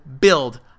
build